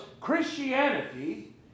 Christianity